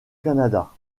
canada